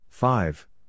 Five